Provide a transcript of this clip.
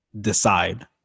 decide